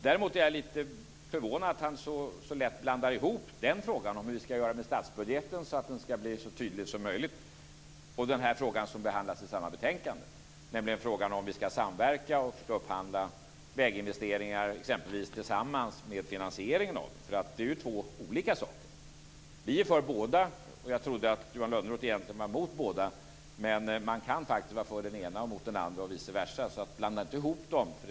Däremot är jag lite förvånad över att han så lätt blandar ihop den frågan - hur vi ska göra med statsbudgeten så att den ska bli så tydlig som möjligt - med den fråga som behandlas i samma betänkande och som gäller huruvida vi ska samverka, och upphandla väginvesteringar exempelvis tillsammans med finansieringen av det hela. Detta är ju två olika saker! Vi är för båda, och jag trodde att Johan Lönnroth egentligen var emot båda. Man kan ju faktiskt vara för den ena och emot den andra och vice versa. Så blanda inte ihop de här frågorna!